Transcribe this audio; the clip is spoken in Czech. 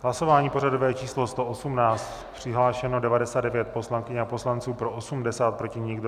Hlasování pořadové číslo 118, přihlášeno 99 poslankyně a poslanců, pro 80, proti nikdo.